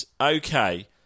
okay